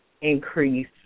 increase